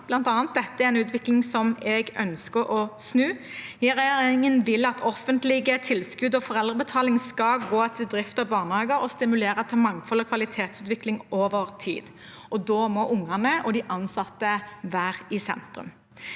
og dette er en utvikling jeg ønsker å snu. Regjeringen vil at offentlige tilskudd og foreldrebetaling skal gå til drift av barnehager og stimulere til mangfold og kvalitetsutvikling over tid, og da må barna og de ansatte være i sentrum.